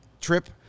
trip